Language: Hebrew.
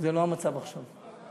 זה לא המצב עכשיו.